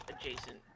adjacent